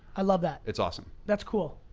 i love that. it's awesome. that's cool.